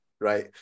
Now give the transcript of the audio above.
right